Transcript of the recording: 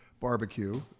barbecue